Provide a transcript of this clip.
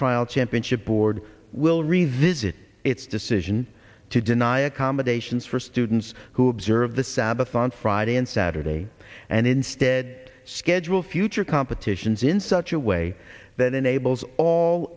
trial championship board will revisit its decision to deny accommodations for students who observe the sabbath on friday and saturday and instead schedule future competitions in such a way